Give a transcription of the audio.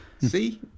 See